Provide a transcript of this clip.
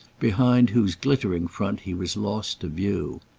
behind whose glittering front he was lost to view.